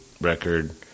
record